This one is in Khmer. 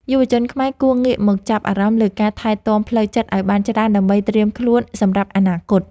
យុវជនខ្មែរគួរងាកមកចាប់អារម្មណ៍លើការថែទាំផ្លូវចិត្តឱ្យបានច្រើនដើម្បីត្រៀមខ្លួនសម្រាប់អនាគត។